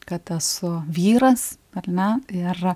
kad esu vyras ar ne ir